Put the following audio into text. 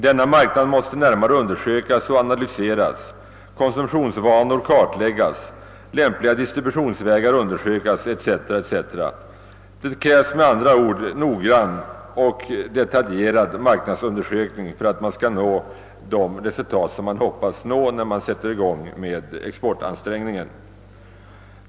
Denna marknad måste närmare undersökas och analyseras, konsumtionsvanor kartläggas, lämpliga distributionsvägar undersökas etc. Det krävs med andra ord noggrann och detaljerad marknadsundersökning för att nå de önskade resultaten av exportansträngningarna.